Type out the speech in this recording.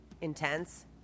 intense